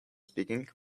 speaking